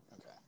Okay